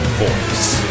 voice